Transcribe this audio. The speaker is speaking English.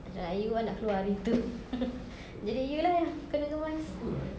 I cakap dengan you I nak keluar hari itu jadi you lah kena kemas